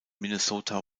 minnesota